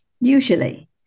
usually